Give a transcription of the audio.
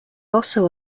also